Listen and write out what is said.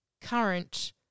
current